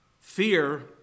Fear